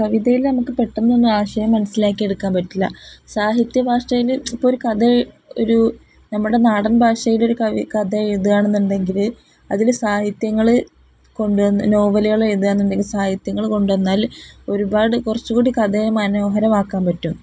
കവിതയില് നമുക്കു പെട്ടെന്നൊന്നും ആശയം മനസ്സിലാക്കിയെടുക്കാൻ പറ്റില്ല സാഹിത്യ ഭാഷയില് ഇപ്പോള് ഒരു കഥ ഒരു നമ്മുടെ നാടൻ ഭാഷയിലൊരു കഥയെഴുതുകയാണെന്നുണ്ടെങ്കില് അതില് സാഹിത്യങ്ങള് കൊണ്ടുവന്ന് നോവലുകള്ള് എഴുതുകയാണെന്നുണ്ടെങ്കിൽ സഹിത്യങ്ങള് കൊണ്ടുവന്നാല് ഒരുപാട് കുറച്ചുകൂടി കഥയെ മനോഹരമാക്കാൻ പറ്റും